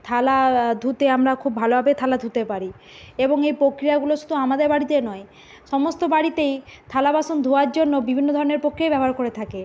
থালা ধুতে আমরা খুব ভালোভাবে থালা ধুতে পারি এবং এই প্রক্রিয়াগুলো শুধু আমাদের বাড়িতে নয় সমস্ত বাড়িতেই থালা বাসন ধোয়ার জন্য বিভিন্ন ধরনের প্রক্রিয়ায় ব্যবহার করে থাকে